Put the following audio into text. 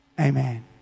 amen